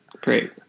great